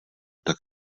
tak